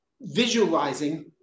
visualizing